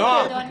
נועה, למה?